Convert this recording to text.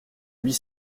huit